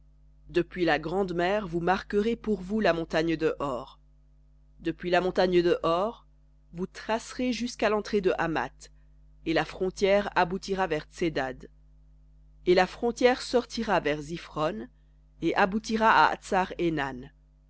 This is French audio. depuis la grande mer vous marquerez pour vous la montagne de hor depuis la montagne de hor vous tracerez jusqu'à l'entrée de hamath et la frontière aboutira vers tsedad et la frontière sortira vers ziphron et aboutira à